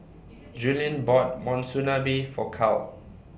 Julien bought Monsunabe For Cal